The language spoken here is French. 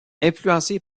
influencé